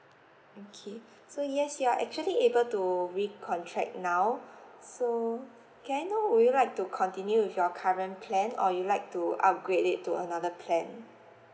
okay so yes you are actually able to recontract now so can I know would you like to continue with your current plan or you like to upgrade it to another plan